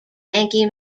yankee